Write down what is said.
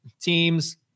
teams